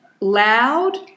loud